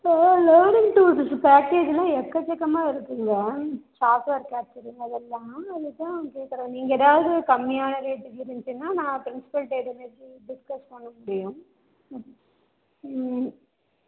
இப்போ லேர்னிங் டூல்ஸுக்கு பேக்கேஜ் எல்லாம் எக்கசக்கமாக வருதுங்க சாஃப்ட்வேர் அதெல்லாம் அதுதான் கேட்குறன் நீங்கள் எதாவது கம்மியான ரேட்டுக்கு இருந்துச்சின்னா நான் ப்ரின்சிபல்கிட்ட இதைவெச்சி டிஸ்கஸ் பண்ண முடியும்